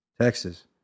Texas